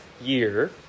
year